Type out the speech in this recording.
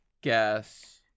guess